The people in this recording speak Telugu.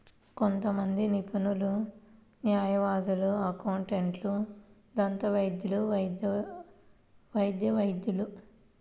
కొంతమంది నిపుణులు, న్యాయవాదులు, అకౌంటెంట్లు, దంతవైద్యులు, వైద్య వైద్యులు